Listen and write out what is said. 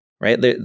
right